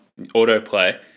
autoplay